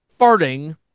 farting